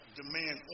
demand